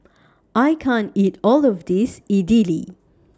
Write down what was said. I can't eat All of This Idili